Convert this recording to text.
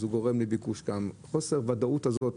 אז זה גורם לביקוש סתם חוסר הוודאות הזאת.